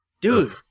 Dude